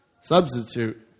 Substitute